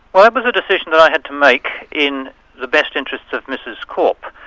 well that was a decision that i had to make in the best interests of mrs korp.